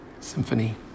Symphony